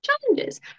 challenges